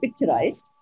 picturized